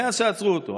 מאז שעצרו אותו,